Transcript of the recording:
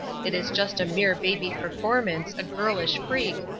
it is just a mere baby performance, a girlish freak,